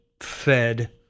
fed